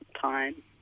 time